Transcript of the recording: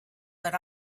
but